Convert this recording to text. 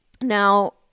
Now